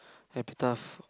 epitaph